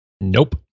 Nope